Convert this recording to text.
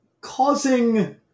causing